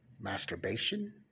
masturbation